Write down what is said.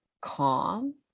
calm